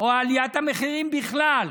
או עליית המחירים בכלל,